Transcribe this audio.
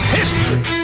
history